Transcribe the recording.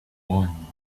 one